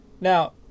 Now